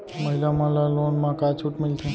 महिला मन ला लोन मा का छूट मिलथे?